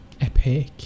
Epic